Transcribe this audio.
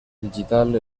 digital